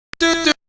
do